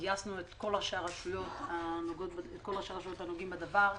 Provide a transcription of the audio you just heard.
גייסנו את כל ראשי הרשויות הנוגעים בדבר.